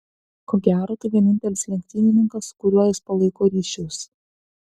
ko gero tai vienintelis lenktynininkas su kuriuo jis palaiko ryšius